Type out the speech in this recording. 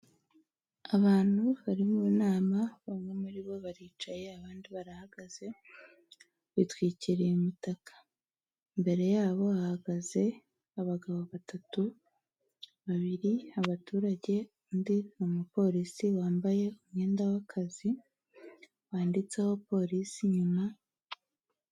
Abantu bari mu nama bamwe muri bo baricaye abandi barahagaze, bitwikiriye umutaka mbere yabo hahagaze abagabo batatu, babiri abaturage undi ni umupolisi wambaye umwenda w'akazi wanditseho polisi inyuma.